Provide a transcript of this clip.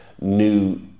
new